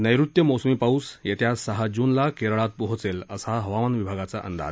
नैऋत्य मोसमी पाऊस येत्या सहा जूनला केरळात पोहोचेल असा हवामान विभागाचा अंदाज